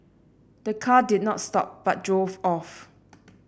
the car did not stop but drove off